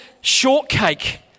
shortcake